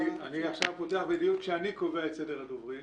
אני פותח לדיון כשאני קובע את סדר הדוברים.